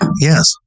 Yes